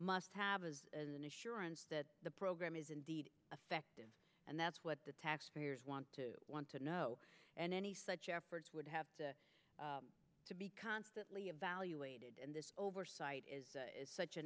must have a new surance that the program is indeed affective and that's what the taxpayers want to want to know and any such efforts would have to be constantly evaluated and this oversight is such a